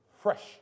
Fresh